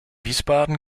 wiesbaden